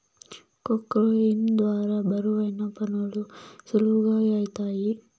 క్రొక్లేయిన్ ద్వారా బరువైన పనులు సులువుగా ఐతాయి